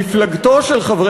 מפלגתו של,